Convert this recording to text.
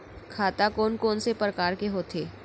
खाता कोन कोन से परकार के होथे?